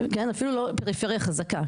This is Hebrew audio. אפילו לא פריפריה חזקה,